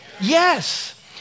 Yes